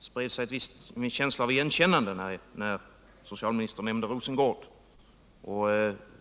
spred sig en känsla av igenkännande när socialministern nämnde namnet Rosengård.